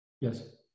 Yes